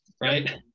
right